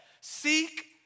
seek